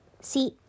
See